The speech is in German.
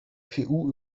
gpu